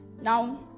Now